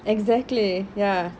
exactly ya